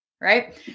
right